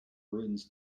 ruins